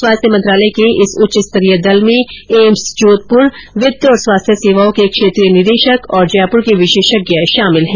स्वास्थ्य मंत्रालय के इस उच्चस्तरीय दल में एम्स जोधपुर वित्त और स्वास्थ्य सेवाओं के क्षेत्रीय निदेशक और जयपुर के विशेषज्ञ शामिल हैं